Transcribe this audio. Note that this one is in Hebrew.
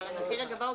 אבל המחיר הגבוה הוא